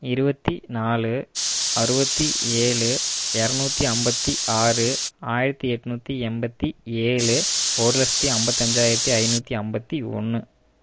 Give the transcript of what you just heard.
இருபத்தி நாலு அறுபத்தி ஏழு எரநூற்றி ஐம்பத்தி ஆறு ஆயிரத்தி எட்நூத்தி எண்பத்தி ஏழு ஒரு லட்சத்தி ஐம்பத்தஞ்சாயிரத்தி ஐநூற்றி ஐம்பத்தி ஒன்று